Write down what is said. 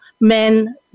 men